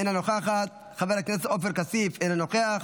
אינו נוכח, חבר הכנסת אבי מעוז, אינו נוכח,